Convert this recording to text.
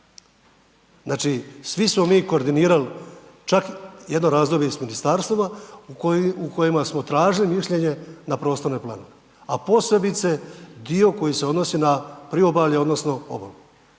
Znači svi smo mi koordinirali, čak jedno razdoblje i s Ministarstvima u kojima smo tražili mišljenje na prostorne planove, a posebice dio koji se odnosi na priobalje odnosno obalu.